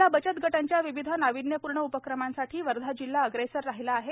महिला बचतगटांच्या विविध नाविन्यपूर्ण उपक्रमासाठी वर्धा जिल्हा अग्रेसर राहिला आहे